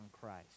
Christ